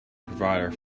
provider